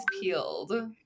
peeled